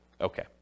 Okay